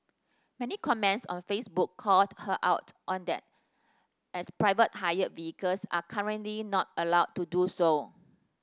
many comments on Facebook called her out on that as private hire vehicles are currently not allowed to do so